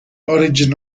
origin